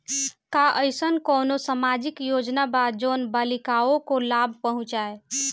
का अइसन कोनो सामाजिक योजना बा जोन बालिकाओं को लाभ पहुँचाए?